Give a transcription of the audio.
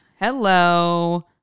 Hello